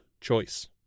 choice